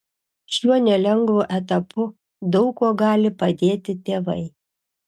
šiuo nelengvu etapu daug kuo gali padėti tėvai